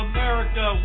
America